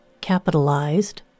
capitalized